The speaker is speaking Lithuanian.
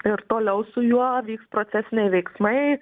ir toliau su juo vyks procesiniai veiksmai